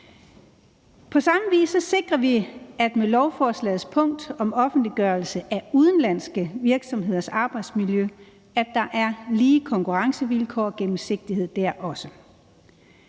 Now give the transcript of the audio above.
På samme vis sikrer vi, at der med lovforslagets punkt om offentliggørelse af udenlandske virksomheders arbejdsmiljø er lige konkurrencevilkår og gennemsigtighed der også.